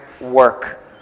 work